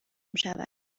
شود